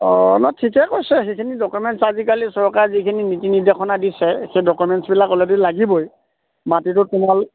অঁ নহয় ঠিকে কৈছে সেইখিনি ডকুমেণ্টছ আজিকালি চৰকাৰৰ যিখিনি নীতি নিৰ্দেশনা দিছে সেই ডকুমেণ্টছবিলাক অলৰেডি লাগিবই মাটিটো তোমালৈ